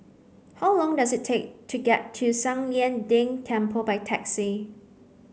how long does it take to get to San Lian Deng Temple by taxi